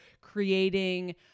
creating